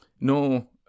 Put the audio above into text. No